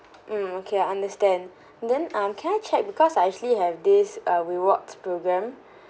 mm okay I understand and then um can I check because I actually have this uh rewards program